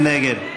מי נגד?